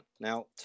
Now